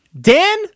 Dan